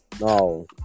no